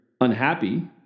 unhappy